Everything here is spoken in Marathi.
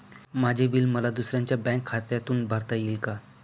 माझे बिल मला दुसऱ्यांच्या बँक खात्यातून भरता येईल का?